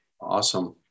Awesome